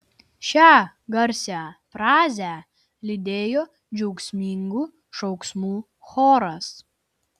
šią garsią frazę lydėjo džiaugsmingų šauksmų choras